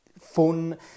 fun